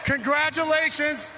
Congratulations